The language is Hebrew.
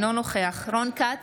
אינו נוכח רון כץ,